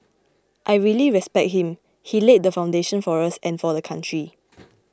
I really respect him he laid the foundation for us and for the country